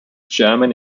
german